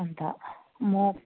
अन्त म